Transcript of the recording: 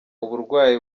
uburwayi